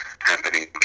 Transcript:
happening